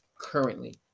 currently